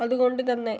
അതുകൊണ്ട് തന്നെ